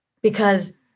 Because-